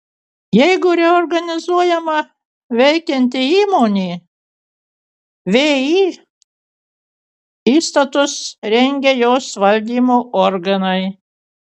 jeigu reorganizuojama veikianti įmonė vį įstatus rengia jos valdymo organai